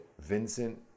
Vincent